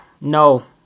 no